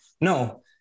no